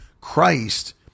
Christ